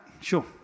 sure